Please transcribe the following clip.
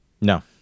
No